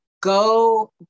Go